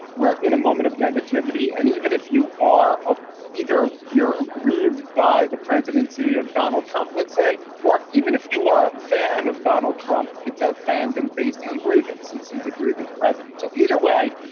we're in a moment of negativity. and even if you are either you're aggrieved by the presidency of donald trump, let's say, or even if you are a fan of donald trump, it's a fandom based on grievance and sees a grievance president. so either way,